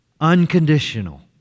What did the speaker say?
Unconditional